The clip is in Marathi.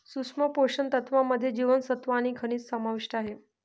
सूक्ष्म पोषण तत्त्वांमध्ये जीवनसत्व आणि खनिजं समाविष्ट आहे